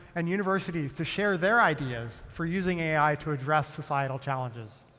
and universities to share their ideas for using ai to address societal challenges.